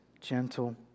gentle